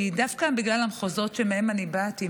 כי דווקא בגלל המחוזות שמהם אני באתי,